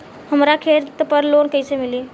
हमरा खेत पर लोन कैसे मिली?